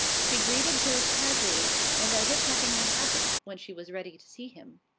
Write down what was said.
she greeted george casually, and as if nothing had happened, when she was ready to see him.